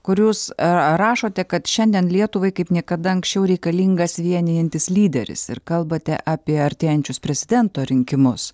kur jūs rašote kad šiandien lietuvai kaip niekada anksčiau reikalingas vienijantis lyderis ir kalbate apie artėjančius prezidento rinkimus